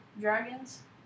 dragons